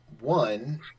one